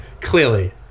clearly